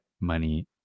money